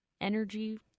energy